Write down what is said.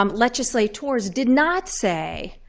um legislators did not say,